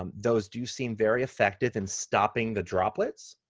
um those do seem very effective in stopping the droplets.